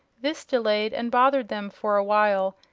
this delayed and bothered them for a while,